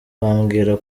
bambwira